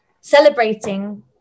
celebrating